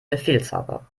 befehlshaber